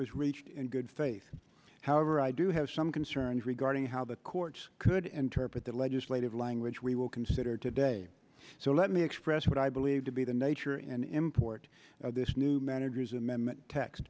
was reached in good faith however i do have some concerns regarding how the courts could interpret the legislative language we will consider today so let me express what i believe to be the nature and import of this new manager's amendment t